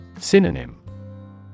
Synonym